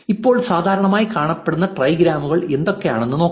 ഇപ്പോൾ സാധാരണയായി കാണപ്പെടുന്ന ട്രൈഗ്രാമുകൾ എന്തൊക്കെയാണെന്ന് നോക്കാം